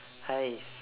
!hais!